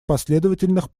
последовательных